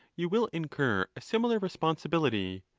you will incur a similar responsibility.